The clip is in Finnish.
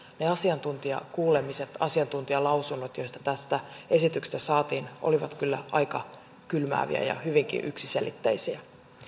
ne asiantuntijakuulemiset asiantuntijalausunnot joita tästä esityksestä saatiin olivat kyllä aika kylmääviä ja hyvinkin yksiselitteisiä